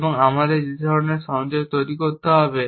এবং আমাদের যে ধরনের সংযোগ তৈরি করতে হবে